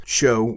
show